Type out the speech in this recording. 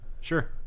sure